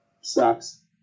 sucks